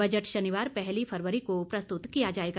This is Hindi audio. बजट शनिवार पहली फरवरी को प्रस्तुत किया जायेगा